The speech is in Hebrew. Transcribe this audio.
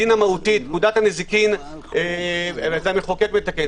בדין המהותי פקודת הנזיקין המחוקק מתקן.